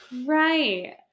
Right